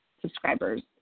subscribers